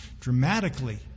dramatically